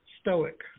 Stoic